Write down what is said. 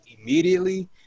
immediately